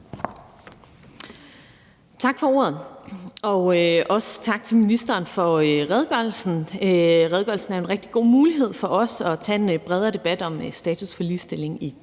Tak for ordet, og også tak til ministeren for redegørelsen. Redegørelsen er en rigtig god mulighed for også at tage en bredere debat om status for ligestilling i